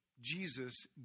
Jesus